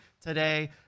today